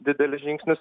didelis žingsnis